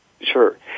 Sure